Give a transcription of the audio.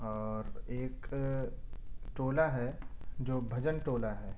ایک ٹولہ ہے جو بھجن ٹولہ ہے